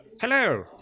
Hello